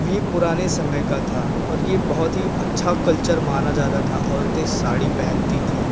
we पुराने समय का था और यह बहुत ही अच्छा कल्चर माना जाता था औरतें साड़ी पहनती थी